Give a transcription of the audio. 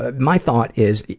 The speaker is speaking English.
but my thought is,